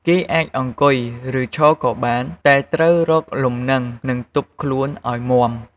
គេអាចអង្គុយ ឬឈរក៏បាន តែត្រូវរកលំនឹងនិងទប់ខ្លួនឱ្យមាំ។